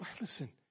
listen